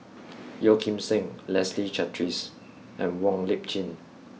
Yeo Kim Seng Leslie Charteris and Wong Lip Chin